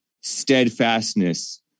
steadfastness